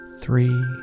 three